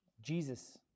Jesus